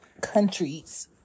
countries